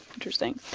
interesting.